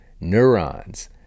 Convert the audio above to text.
neurons